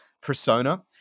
persona